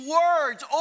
words